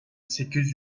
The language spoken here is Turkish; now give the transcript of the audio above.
sekiz